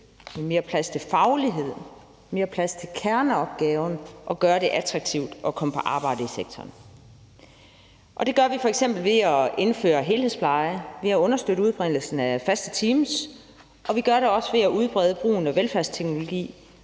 mere plads til faglighed og mere plads til kerneopgaven og at gøre det attraktivt at komme på arbejde i sektoren. Det gør vi f.eks. ved at indføre helhedspleje, ved at understøtte udbredelsen af faste teams, og vi gør det også ved at udbrede brugen af velfærdsteknologi.